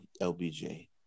LBJ